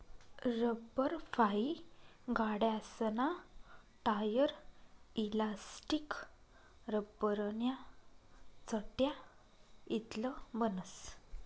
लब्बरफाइ गाड्यासना tyre, elastic, लब्बरन्या चटया इतलं बनस